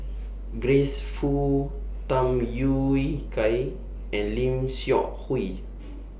Grace Fu Tham Yui Kai and Lim Seok Hui